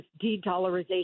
de-dollarization